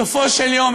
בסופו של יום,